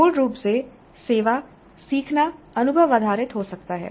मूल रूप से सेवा सीखना अनुभव आधारित हो सकता है